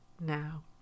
now